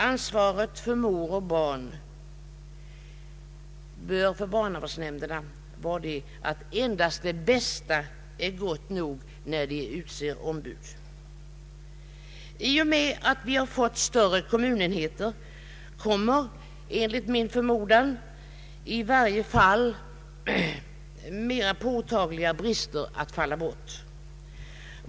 Ansvaret för mor och barn bör vidare ge barnavårdsnämnderna den inställningen att endast det bästa är gott nog, när de utser ombud. I och med att vi fått större kommunenheter kommer enligt min förmodan i varje fall mera påtagliga brister att bortfalla.